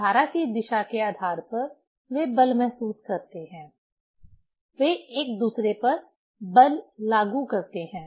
धारा की दिशा के आधार पर वे बल महसूस करते हैं वे एक दूसरे पर बल लागू करते हैं